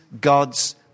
God's